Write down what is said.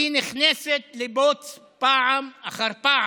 היא נכנסת לבוץ פעם אחר פעם,